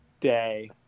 day